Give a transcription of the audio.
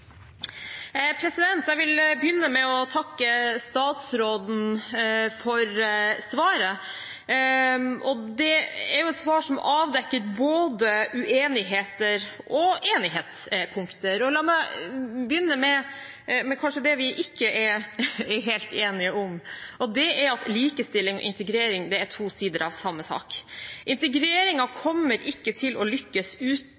Jeg vil begynne med å takke statsråden for svaret, et svar som avdekker både uenigheter og enighetspunkter. La meg begynne med det vi kanskje ikke er helt enige om, og det er at likestilling og integrering er to sider av samme sak. Integreringen kommer ikke til å lykkes